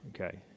Okay